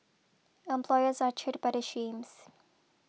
employers are cheered by the schemes